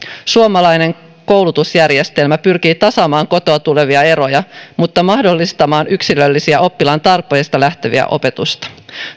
suomalainen koulutusjärjestelmä pyrkii tasaamaan kotoa tulevia eroja mutta mahdollistamaan yksilöllistä oppilaan tarpeista lähtevää opetusta